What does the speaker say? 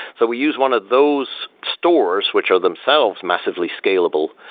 so we use one of those stores, which are themselves massively scalable,